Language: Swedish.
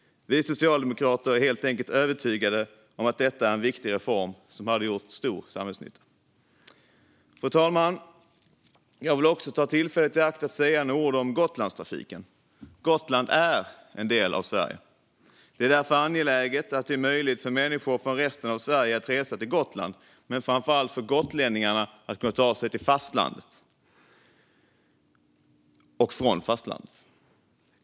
Vi socialdemokrater är helt enkelt övertygade om att detta är en viktig reform som hade gjort stor samhällsnytta. Fru talman! Jag vill också ta tillfället i akt att säga några ord om Gotlandstrafiken. Gotland är en del av Sverige. Det är därför angeläget att det är möjligt för människor från resten av Sverige att resa till Gotland men framför allt för gotlänningarna att ta sig till och från fastlandet.